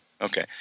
Okay